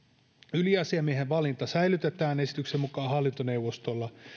yliasiamiehen valinta säilytetään esityksen mukaan hallintoneuvostolla